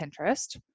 Pinterest